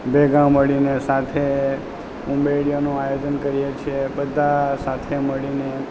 ભેગાં મળીને સાથે ઉંબાડિયાનું આયોજન કરીએ છીએ બધા સાથે મળીને